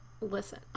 Listen